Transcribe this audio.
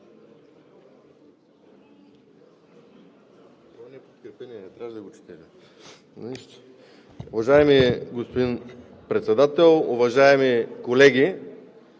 Уважаеми господин Председател, уважаеми колеги!